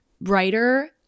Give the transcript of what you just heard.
brighter